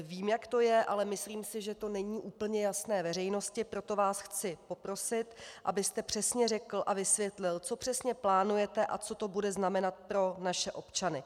Vím, jak to je, ale myslím si, že to není úplně jasné veřejnosti, proto vás chci poprosit, abyste přesně řekl a vysvětlil, co přesně plánujete a co to bude znamenat pro naše občany.